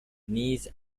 نیز